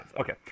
okay